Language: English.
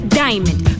diamond